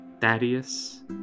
Thaddeus